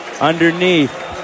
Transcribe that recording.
underneath